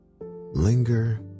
linger